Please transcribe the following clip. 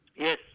Yes